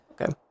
Okay